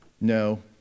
No